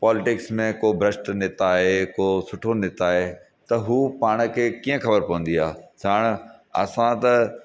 politics में को भ्रष्ट नेता आहे को सुठो नेता आहे त हू पाण खे कीअं ख़बर पवंदी आहे साण असां त